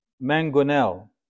mangonel